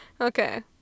Okay